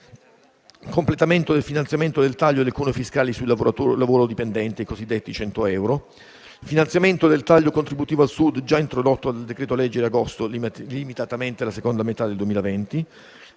il completamento del finanziamento del taglio del cuneo fiscale sul lavoro dipendente (i cosiddetti 100 euro); il finanziamento del taglio contributivo al Sud, già introdotto dal decreto-legge agosto, limitatamente alla seconda metà del 2020;